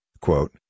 quote